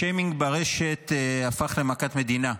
שיימינג ברשת הפך למכת מדינה.